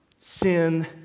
Sin